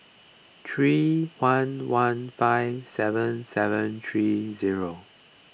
three one one five seven seven three zero